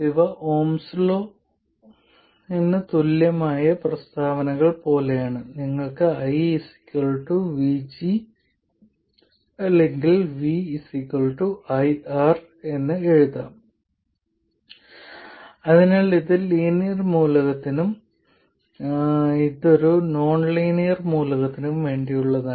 ഇവ Ohm's law Ohms law തുല്യമായ പ്രസ്താവനകൾ പോലെയാണ് നിങ്ങൾക്ക് I VG അല്ലെങ്കിൽ V IR എന്ന് എഴുതാം അതിനാൽ ഇത് ലീനിയർ മൂലകത്തിനും ഇത് ഒരു നോൺലീനിയർ മൂലകത്തിനും വേണ്ടിയുള്ളതാണ്